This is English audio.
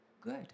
Good